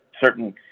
certain